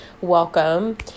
welcome